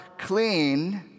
clean